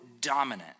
dominant